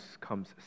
comes